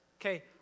Okay